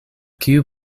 kiu